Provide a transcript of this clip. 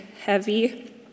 heavy